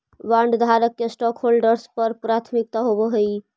बॉन्डधारक के स्टॉकहोल्डर्स पर प्राथमिकता होवऽ हई